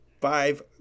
five